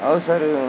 और सर